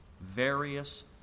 various